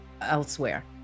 elsewhere